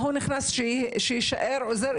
מה, הוא נכנס כדי להישאר עוזר?